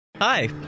Hi